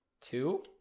Two